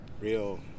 real